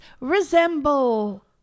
resemble